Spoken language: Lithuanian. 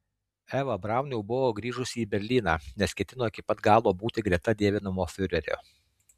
eva braun jau buvo grįžusi į berlyną nes ketino iki pat galo būti greta dievinamo fiurerio